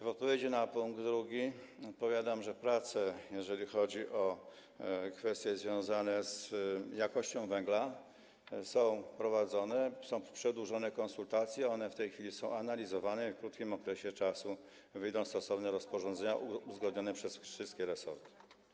W odniesieniu do punktu drugiego odpowiadam, że prace, jeżeli chodzi o kwestie związane z jakością węgla, są prowadzone, są przedłużone konsultacje, to w tej chwili jest analizowane i w krótkim okresie wyjdą stosowne rozporządzenia uzgodnione przez wszystkie resorty.